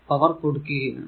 power കൊടുക്കുകയാണ്